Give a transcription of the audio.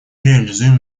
реализуем